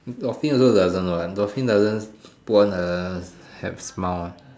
dolphins also doesn't know what dolphins doesn't put on a smile